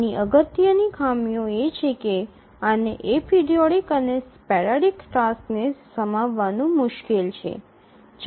આની અગત્યની ખામીઓ એ છે કે આને એપરિઓઇડિક અને સ્પેરાડિક ટાસ્કને સમાવવાનું મુશ્કેલ છે